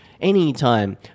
anytime